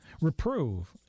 Reprove